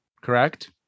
correct